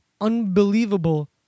unbelievable